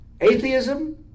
atheism